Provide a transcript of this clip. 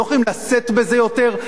לא יכולים לשאת בזה יותר?